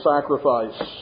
sacrifice